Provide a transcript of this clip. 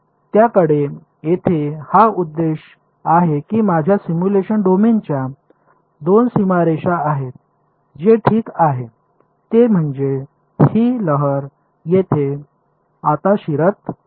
माझ्याकडे येथे हा उद्देश आहे की माझ्या सिम्युलेशन डोमेनच्या 2 सीमारेषा आहेत जे ठीक आहे ते म्हणजे ही लहर येथे आत शिरत आहे